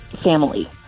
family